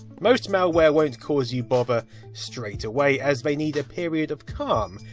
most malware won't cause you bother straight away, as they need a period of calm,